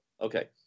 Okay